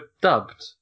dubbed